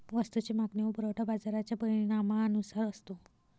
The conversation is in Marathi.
वस्तूची मागणी व पुरवठा बाजाराच्या परिणामानुसार असतो